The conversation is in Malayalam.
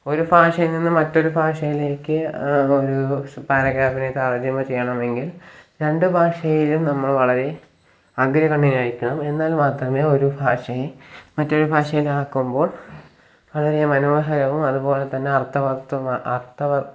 ഒരു ഭാഷയിൽ നിന്ന് മറ്റൊരു ഭാഷയിലേക്ക് ഒരു പാരഗ്രാഫിനെ തർജ്ജമ ചെയ്യണമെങ്കിൽ രണ്ടു ഭാഷയിലും നമ്മൾ വളരെ അഗ്രഗണ്യനായിരിക്കണം എന്നാൽ മാത്രമേ ഒരു ഭാഷയെ മറ്റൊരു ഭാഷയിലാക്കുമ്പോൾ വളരെ മനോഹരവും അതുപോലെതന്നെ അർത്ഥവത്തും അർത്ഥവ